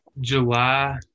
July